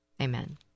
Amen